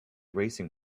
racing